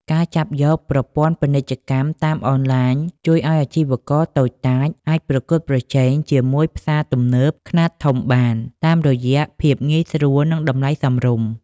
ការចាប់យកប្រព័ន្ធពាណិជ្ជកម្មតាមអនឡាញ ជួយឱ្យអាជីវករតូចតាចអាចប្រកួតប្រជែងជាមួយផ្សារទំនើបខ្នាតធំបាន តាមរយៈភាពងាយស្រួល និងតម្លៃសមរម្យ។